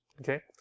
okay